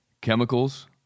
chemicals